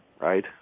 right